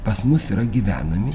pas mus yra gyvenami